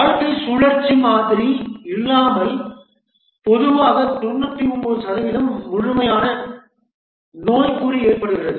வாழ்க்கைச் சுழற்சி மாதிரி இல்லாமல் பொதுவாக 99 சதவீதம் முழுமையான நோய்க்குறி ஏற்படுகிறது